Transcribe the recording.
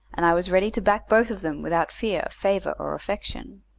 and i was ready to back both of them without fear, favour, or affection.